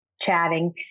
chatting